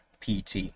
PT